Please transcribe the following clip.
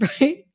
Right